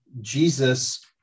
Jesus